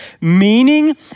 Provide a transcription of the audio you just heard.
meaning